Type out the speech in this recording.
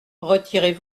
retirez